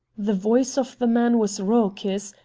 the voice of the man was raucous,